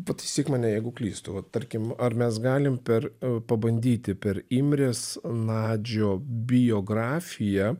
pataisyk mane jeigu klystu va tarkim ar mes galim per pabandyti per imrės nadžio biografiją